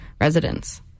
residents